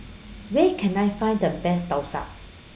Where Can I Find The Best Thosai